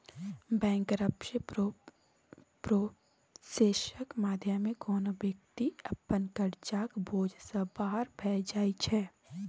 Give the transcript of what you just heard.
bankruptcy प्रोसेसक माध्यमे कोनो बेकती अपन करजाक बोझ सँ बाहर भए जाइ छै